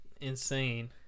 insane